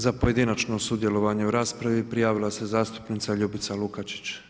Za pojedinačno sudjelovanje u raspravi prijavila se zastupnica Ljubica Lukačić.